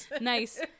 Nice